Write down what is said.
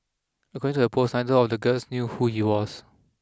according to the post neither of the girls knew who he was